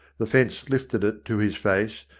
the fence lifted it to his face,